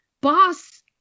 boss